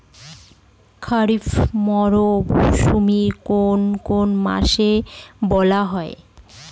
খারিফ মরশুম কোন কোন মাসকে বলা হয়?